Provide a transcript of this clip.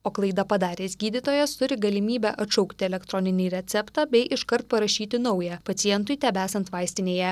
o klaidą padaręs gydytojas turi galimybę atšaukti elektroninį receptą bei iškart parašyti naują pacientui tebesant vaistinėje